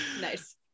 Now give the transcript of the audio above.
nice